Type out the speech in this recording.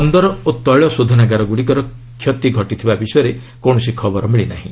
ବନ୍ଦର ଓ ତେିଳ ଶୋଧନାଗାରଗ୍ରଡ଼ିକର କ୍ଷତି ଘଟି ଥିବା ବିଷୟରେ କୌଣସି ଖବର ମିଳିନାହିଁ